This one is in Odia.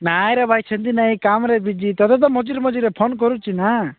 ନାହିଁରେ ଭାଇ ଅଛନ୍ତି ନାହିଁ କାମରେ ବିଜି ତଥା ତ ମଝିରେ ମଝିରେ ଫୋନ୍ କରୁଛି ନା